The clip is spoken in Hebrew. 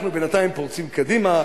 אנחנו בינתיים פורצים קדימה,